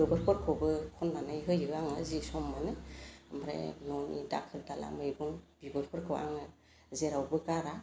गोबोरफोरखौबो खन्नानै होयो आङो जि समावनो ओमफ्राय न'नि दाखोर दाला मैगं बिगुरफोरखौ आङो जेरावबो गारा